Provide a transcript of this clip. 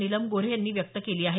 नीलम गोऱ्हे यांनी व्यक्त केली आहे